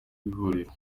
w’ihuriro